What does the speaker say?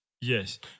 Yes